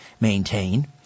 maintain